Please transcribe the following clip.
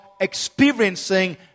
experiencing